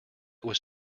was